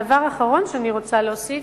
הדבר האחרון שאני רוצה להוסיף,